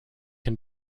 can